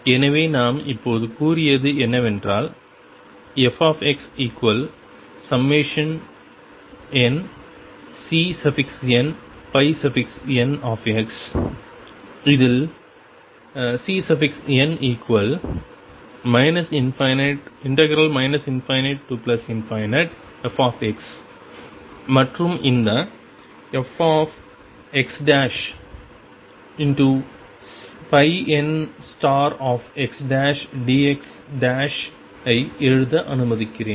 எனவே நாம் இப்போது கூறியது என்னவென்றால் fxnCnn இல் Cn ∞f மற்றும் இந்த fxnxdx ஐ எழுத அனுமதிக்கிறேன்